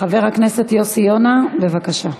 חבר הכנסת יוסי יונה, בבקשה,